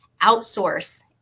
outsource